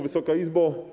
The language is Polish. Wysoka Izbo!